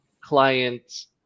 clients